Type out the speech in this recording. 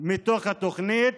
מתוך התוכנית